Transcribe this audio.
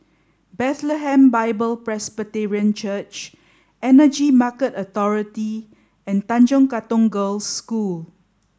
Bethlehem Bible Presbyterian Church Energy Market Authority and Tanjong Katong Girls' School